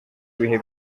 bihe